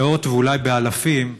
במאות ואולי באלפים,